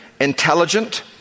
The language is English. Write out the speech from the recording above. intelligent